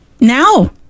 now